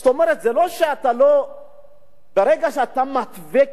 זאת אומרת, ברגע שאתה מתווה כיוון,